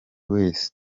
wese